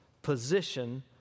position